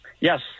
Yes